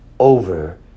Over